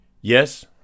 Yes